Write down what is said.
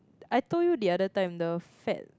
I told you the other time the fat